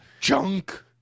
Junk